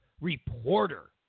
reporter